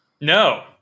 No